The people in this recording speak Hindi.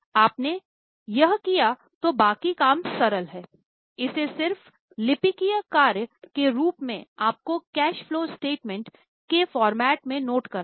आपने यह किया तो बाकी काम सरल है इसे सिर्फ लिपिकीय कार्य के रूप में आपको कैश फलो स्टेटमेंट के फ़ॉर्मेट में नोट करना है